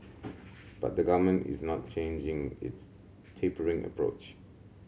but the Government is not changing its tapering approach